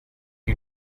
you